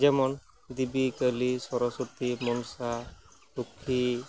ᱡᱮᱢᱚᱱ ᱫᱤᱵᱤ ᱠᱟᱹᱞᱤ ᱥᱚᱨᱚᱥᱚᱛᱤ ᱢᱚᱱᱥᱟ ᱞᱚᱠᱠᱷᱤ